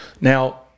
Now